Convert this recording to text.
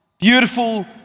beautiful